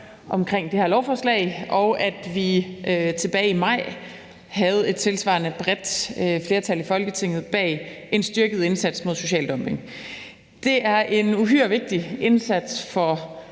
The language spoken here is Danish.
om det her lovforslag, og at vi tilbage i maj havde et tilsvarende bredt flertal i Folketinget bag en styrket indsats mod social dumping. Det er en uhyre vigtig indsats for